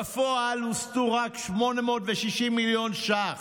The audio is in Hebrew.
בפועל הוסטו רק 860 מיליון ש"ח,